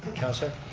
councilor.